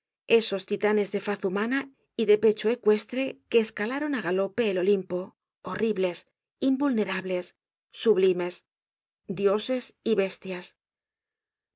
esos titanes de faz humana y de pecho ecuestre que escalaron á galope el olimpo horribles invulnerables sublimes dioses y bestias